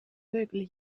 vögel